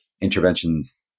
interventions